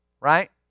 Right